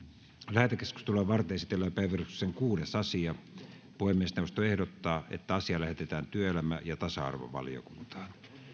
lähetekeskustelua varten esitellään päiväjärjestyksen kuudes asia puhemiesneuvosto ehdottaa että asia lähetetään työelämä ja tasa arvovaliokuntaan